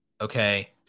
okay